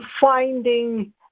finding